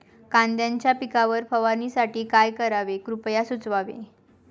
कांद्यांच्या पिकावर फवारणीसाठी काय करावे कृपया सुचवावे